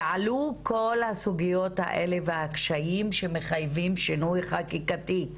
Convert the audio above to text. ועלו כל הסוגיות האלה והקשיים שמחייבים שינוי חקיקתי,